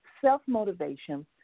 self-motivation